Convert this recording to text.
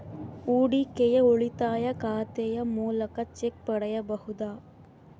ಹೂಡಿಕೆಯ ಉಳಿತಾಯ ಖಾತೆಯ ಮೂಲಕ ಚೆಕ್ ಪಡೆಯಬಹುದಾ?